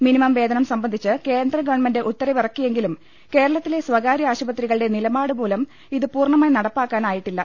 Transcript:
minimum വേതനം സംബന്ധിച്ച് കേന്ദ്ര ഗവൺമെന്റ് ഉത്തരവിറക്കിയെങ്കിലും കേരള ത്തിലെ സ്വകാര്യ ആശുപത്രികളുടെ നിലപാടുമൂലം ഇത് പൂർണമായി നട പ്പാക്കാനായിട്ടില്ല